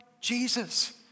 Jesus